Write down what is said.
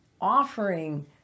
offering